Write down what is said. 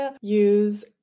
use